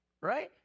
right